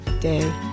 day